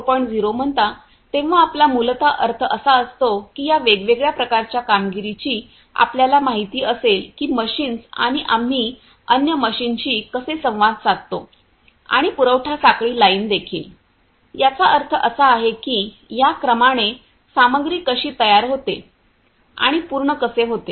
0 म्हणता तेव्हा आपला मूलत अर्थ असा असतो की या वेगवेगळ्या प्रकारच्या कामगिरीची आपल्याला माहिती असेल की मशीन्स आणि आम्ही अन्य मशीनशी कसे संवाद साधतो आणि पुरवठा साखळी लाइन देखील याचा अर्थ असा आहे की या क्रमाने सामग्री कशी तयार होते आणि पूर्ण कसे होते